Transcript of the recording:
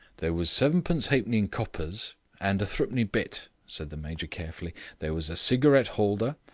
there was sevenpence halfpenny in coppers and threepenny-bit, said the major carefully there was a cigarette-holder,